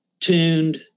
tuned